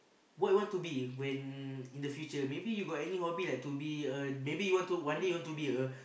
what you want to be when in the future maybe you got any hobby like to be maybe you want to be one day you want to be a